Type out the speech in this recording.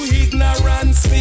ignorance